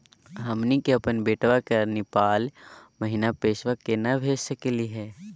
हमनी के अपन बेटवा क नेपाल महिना पैसवा केना भेज सकली हे?